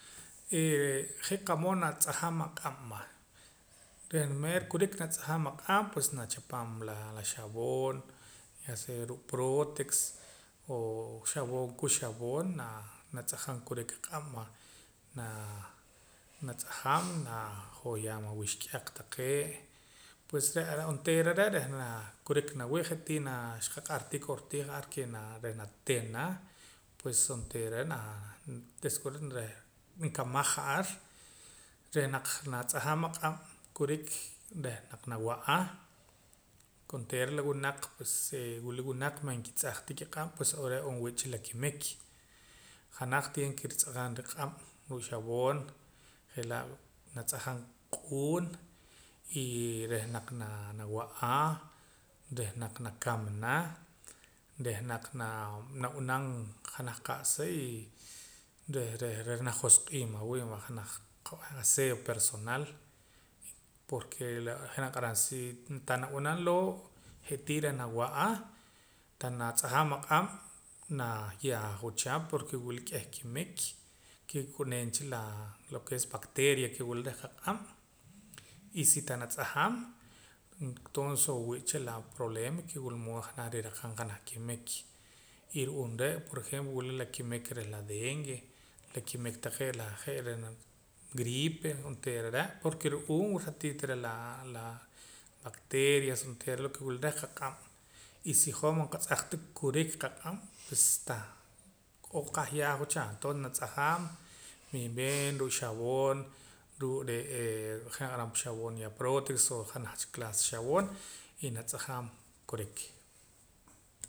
Eeh je' qa'mood natz'jam aq'ab' va reh meer kurik natz'ajam aq'ab' pues nachapam la xawoon ya sea ruu' protex o xawoon kux xawoon natz'ajam kurik aq'ab' va naa natz'ajam najohyaam awuxk'aq taqee' pues re' are' onteera re' reh naa kiruk nawii' je' naa xqaq'ar tii kortii ke reh natina pues onteera are' reh nkamal ja'ar reh naq natz'ajam aq'ab' kurik reh naq nawa'a onteera la winaq pues wila winaq man kitz'ajta kiq'ab pues ru'uum re' n'oo wii'cha la kimik janaj tiiene ke ritz'ajam riq'ab' ruu' xawoon je'laa' natz'ajam q'uun y reh naq nawa'a reh naq nakamana reh naq naa nab'anam janaj qa'sa y reh reh najos'qiib' awiib' reh janaj qa'b'eh aseo personal porque la je' naniq'aram sii tah nab'anam loo' je'tii reh nawa'a tah natz'ajam aq'ab' nayaajwa cha porque wila k'eh kimik ke ki'ooneem cha lo ke es bacteria ke wila reh qaq'ab' y si tah natz'ajam toonses n'oo nwii'cha la problema ke wila mood ke janaj riraqam qa janaj kimik y ru'uum re' por ejemplo wila la kimik reh la dengue la kimik taqee' je' la gripe onteera are' porque ru'uum wila ratito reh laa la bacterias onteera lo ke wila reh qaq'ab' y si hoj man qatz'aj ta kiruk qaq'ab' pues tah o qahyaajwa cha entonces natz'ajam bien bien ruu' xawoon ruu' re'ee je' naniq'aram pa xawoon yaa protex o je' janaj cha clase xawoon y natz'ajam kurik